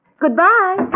Goodbye